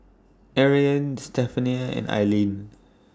Ariane Stephania and Aileen